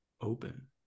open